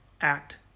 act